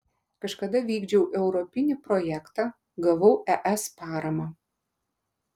kažkada vykdžiau europinį projektą gavau es paramą